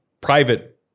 private